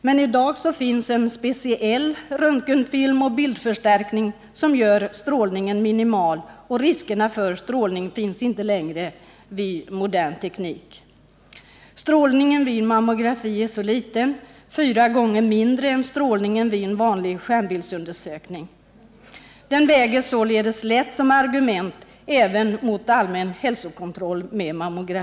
Men i dag finns en speciell röntgenfilm och bildförstärkning som gör strålningen minimal, och riskerna för strålning finns inte längre vid användning av modern teknik. Strålningen vid mammografi är så liten, fyra gånger mindre än strålningen vid en vanlig skärmbildsundersökning. Den väger således lätt som argument även mot allmän hälsokontroll med mammografi.